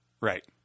Right